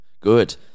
Good